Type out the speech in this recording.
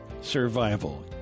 Survival